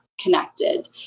connected